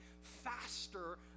faster